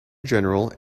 general